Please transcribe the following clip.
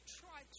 try